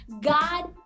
God